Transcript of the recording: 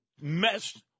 mess